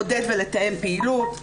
לעודד ולתאם פעילות,